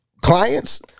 clients